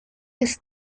des